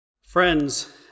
Friends